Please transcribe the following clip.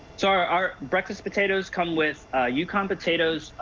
so our our breakfast potatoes come with yukon potatoes,